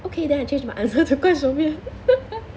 okay then I change my answer to 快熟面